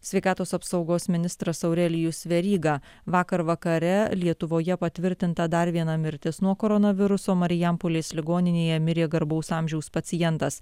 sveikatos apsaugos ministras aurelijus veryga vakar vakare lietuvoje patvirtinta dar viena mirtis nuo koronaviruso marijampolės ligoninėje mirė garbaus amžiaus pacientas